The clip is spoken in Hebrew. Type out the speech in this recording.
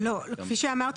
לא, כפי שאמרתי